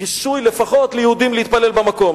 רישוי לפחות ליהודים להתפלל במקום,